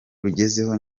rugezeho